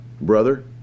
Brother